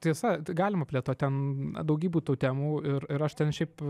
tiesa galima plėtot ten daugybių tų temų ir ir aš ten šiaip